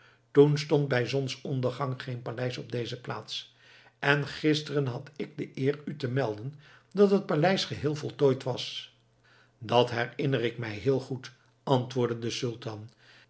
toen stond bij zonsondergang geen paleis op deze plaats en gisteren had ik de eer u te melden dat het paleis geheel voltooid was dat herinner ik mij heel goed antwoordde de sultan